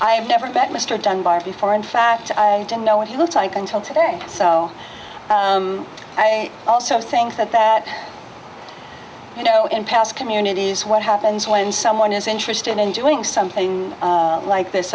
have never met mr dunbar before in fact i don't know what he looked like until today and so i also think that that you know in past communities what happens when someone is interested in doing something like this